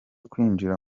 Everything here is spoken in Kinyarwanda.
kwinjira